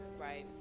Right